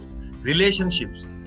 relationships